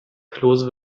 klose